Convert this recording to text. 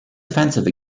offensive